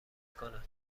کنه